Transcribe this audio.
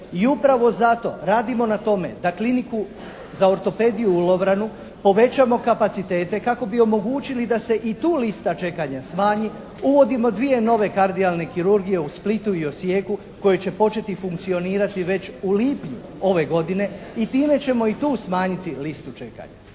I upravo zato radimo na tome da Kliniku za ortopediju u Lovranu povećamo kapacitete kako bi omogućili da se i tu lista čekanja smanji, uvodimo dvije nove kardijalne kirurgije u Splitu i Osijeku koji će početi funkcionirati već u lipnju ove godine i time ćemo i tu smanjiti listu čekanja.